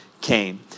came